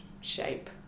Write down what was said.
shape